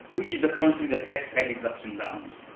which is a country that has had its ups and downs,